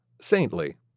Saintly